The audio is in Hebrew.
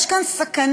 יש כאן סכנה,